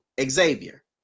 Xavier